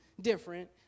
different